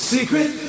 Secret